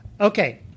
Okay